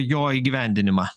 jo įgyvendinimą